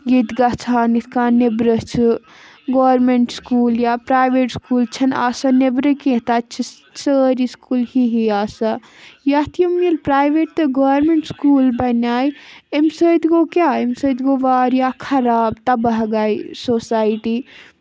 ییٚتہِ گژھان یِتھ کَن نٮ۪برٕ چھِ گورمٮ۪نٛٹ سُکوٗل یا پرٛایوٮ۪ٹ سُکوٗل چھِنہٕ آسان نیبرٕ کیٚنہہ تَتہِ چھِ سٲری سُکوٗل ہِہی آسان یَتھ یِم ییٚلہِ پرٛایوٮ۪ٹ تہٕ گورمٮ۪نٛٹ سُکوٗل بنے أمۍ سۭتۍ گوٚو کیٛاہ أمۍ سۭتۍ گوٚو واریاہ خراب تباہ گٔے سوسایٹی